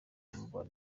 umubano